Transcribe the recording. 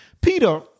Peter